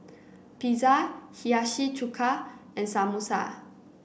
Pizza Hiyashi Chuka and Samosa